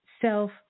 self